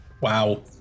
Wow